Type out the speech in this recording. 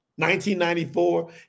1994